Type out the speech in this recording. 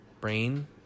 brain